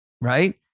right